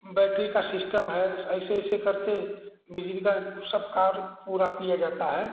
battery का system है ऐसे ऐसे करके बिजली का सब कार्य पूरा किया जाता है